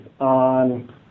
on